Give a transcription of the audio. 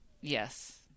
Yes